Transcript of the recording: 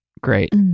great